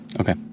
Okay